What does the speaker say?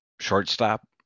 shortstop